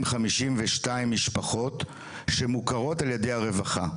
חמישים ושתיים משפחות שמוכרות על ידי הרווחה,